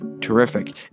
terrific